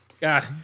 God